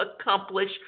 accomplish